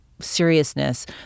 seriousness